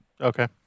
Okay